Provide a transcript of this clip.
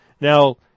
Now